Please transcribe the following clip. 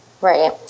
Right